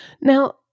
Now